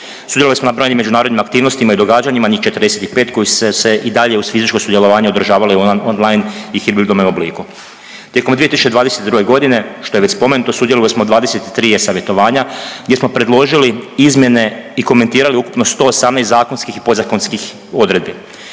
Sudjelovali smo na brojnim međunarodnim aktivnostima i događanjima, njih 45 koji su se i dalje uz fizičko sudjelovanje održavali online i hibridnome obliku. Tijekom 2022. godine, što je već spomenuto sudjelovali smo 23 e savjetovanja gdje smo predložili izmjene i komentirali ukupno 118 zakonskih i podzakonskih odredbi.